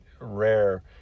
rare